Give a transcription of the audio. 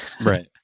right